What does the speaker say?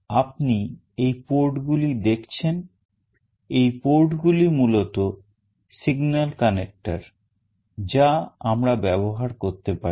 আপনি এই port গুলি দেখছেন এই port গুলি মূলত signal connector যা আমরা ব্যবহার করতে পারি